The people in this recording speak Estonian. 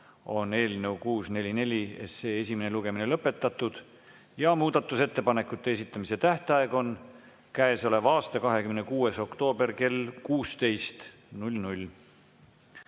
on eelnõu 644 esimene lugemine lõpetatud ja muudatusettepanekute esitamise tähtaeg on käesoleva aasta 26. oktoober kell 16.